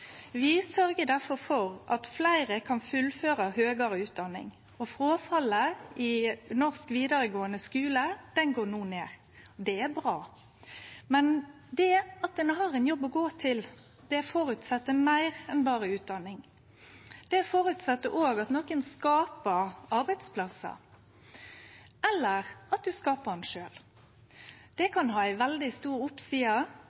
Vi sørgjer difor for at fleire kan fullføre høgare utdanning. Fråfallet i norsk vidaregåande skule går no ned. Det er bra. Men det at ein har ein jobb å gå til, føreset meir enn berre utdanning. Det føreset òg at nokon skapar arbeidsplassar, eller at du skapar han sjølv. Det kan ha ei veldig stor oppside,